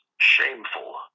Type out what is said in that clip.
shameful